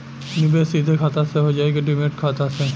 निवेश सीधे खाता से होजाई कि डिमेट खाता से?